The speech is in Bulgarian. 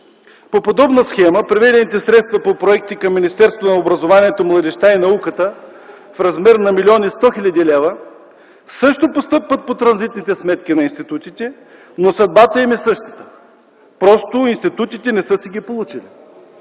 По подобна схема преведените средства по проекти към Министерството на образованието, младежта и науката в размер на 1 млн. 100 хил. лв. също постъпват по транзитните сметки на институтите, но съдбата им е същата – просто институтите не са си ги получили.